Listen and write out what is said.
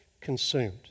consumed